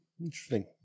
Interesting